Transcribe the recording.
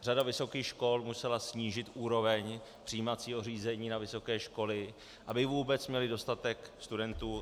Řada vysokých škol musela snížit úroveň přijímacího řízení na vysoké školy, aby vůbec měla dostatek studentů.